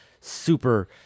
super